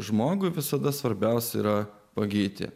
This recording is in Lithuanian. žmogui visada svarbiausia yra pagyti